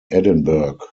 edinburgh